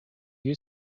you